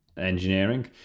engineering